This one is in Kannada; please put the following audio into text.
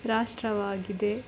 ರಾಷ್ಟ್ರವಾಗಿದೆ